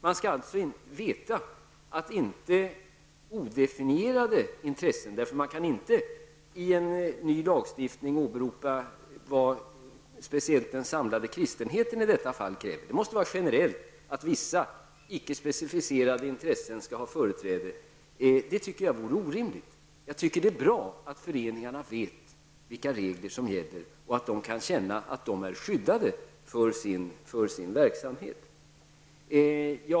Lagstiftningen kan så att säga inte åberopa vad den samlade kristenheten i detta fall kräver. Generellt måste gälla att vissa, icke specificerade intressen, skall ha företräde. Jag tycker att det är bra att föreningarna vet vilka regler som gäller och att de kan känna att de är skyddade i sin verksamhet.